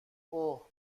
اوه